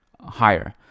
higher